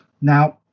now